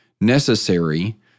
necessary